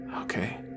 Okay